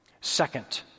Second